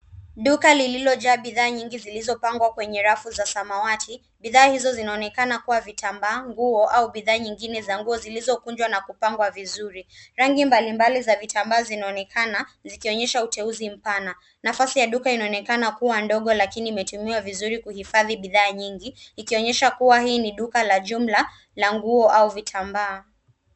Duka liliojaa bidhaa nyingi zilizopangwa kwenye rafu za samawati. Bidhaa hizo zinaonekana kuwa vitambaa, nguo au bidhaa nyingine za nguo zilizokunjwa na kupangwa vizuri. Rangi mbalimbali za vitambaa zinaonekana, zikionyesha uteunzi mpana. Nafasi ya duka inaonekana kuwa ndogo lakini imetumiwa vizuri kuhifadhi bidhaa nyingi, ikionyesha kuwa hii ni duka la jumla la nguo au vitambaa.